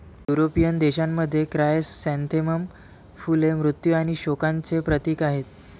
European देशांमध्ये, chrysanthemum फुले मृत्यू आणि शोकांचे प्रतीक आहेत